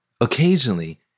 Occasionally